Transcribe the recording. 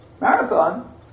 marathon